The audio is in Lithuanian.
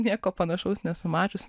nieko panašaus nesu mačius